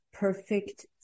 perfect